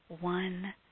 one